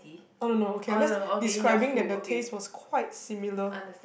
oh no okay ah that's describing then the taste was quite similar